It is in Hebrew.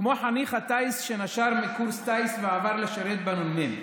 כמו חניך הטיס שנשר מקורס הטיס ועבר לשרת בנ"מ.